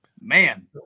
man